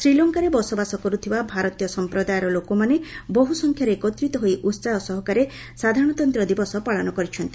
ଶ୍ରୀଲଙ୍କାରେ ବସବାସ କରୁଥିବା ଭାରତୀୟ ସମ୍ପ୍ରଦାୟର ଲୋକମାନେ ବହୁ ସଂଖ୍ୟାରେ ଏକତ୍ରିତ ହୋଇ ଉସାହ ସହକାରେ ସାଧାରଣତନ୍ତ୍ର ଦିବସ ପାଳନ କରିଛନ୍ତି